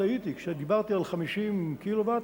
טעיתי: כשדיברתי על 50 קילוואט,